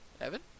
Evan